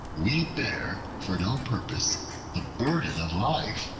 we bear for no purpose the burden of life,